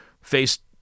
faced